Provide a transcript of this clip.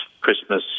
Christmas